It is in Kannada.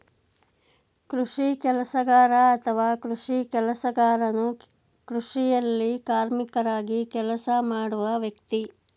ಕೃಷಿ ಕೆಲಸಗಾರ ಅಥವಾ ಕೃಷಿ ಕೆಲಸಗಾರನು ಕೃಷಿಯಲ್ಲಿ ಕಾರ್ಮಿಕರಾಗಿ ಕೆಲಸ ಮಾಡುವ ವ್ಯಕ್ತಿ